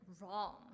wrong